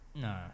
No